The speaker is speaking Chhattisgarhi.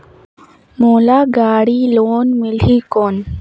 मोला गाड़ी लोन मिलही कौन?